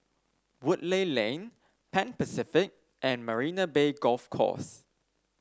Woodleigh Lane Pan Pacific and Marina Bay Golf Course